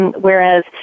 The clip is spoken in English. Whereas